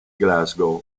glasgow